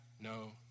no